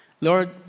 Lord